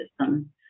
system